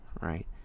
right